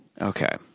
Okay